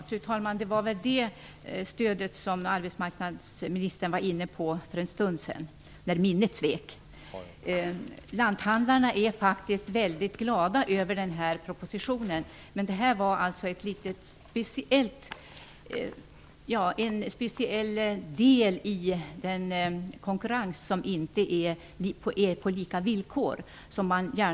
Fru talman! Det var det stödet som arbetsmarknadsministern var inne på för en stund sedan, när minnet svek. Lanthandlarna är faktist väldigt glada över den här propositionen. Men man ville gärna lyfta fram detta, en speciell del av konkurrensen som inte sker på lika villkor.